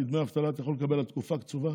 כי דמי אבטלה אתה יכול לקבל על תקופה קצובה.